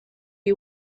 you